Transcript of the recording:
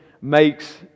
makes